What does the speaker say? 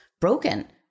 broken